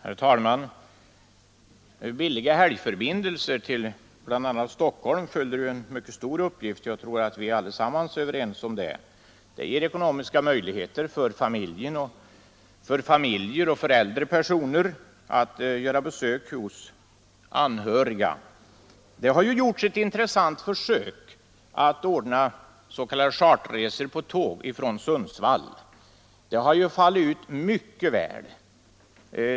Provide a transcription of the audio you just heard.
Herr talman! Billiga helgförbindelser till bl.a. Stockholm fyller en mycket stor uppgift. Jag tror att vi alla är överens om detta. Det ger ekonomiska möjligheter för familjer och för äldre personer att göra besök hos anhöriga. Det har gjorts ett intressant försök att ordna s.k. charterresor med tåg från Sundsvall. Detta har fallit ut mycket väl.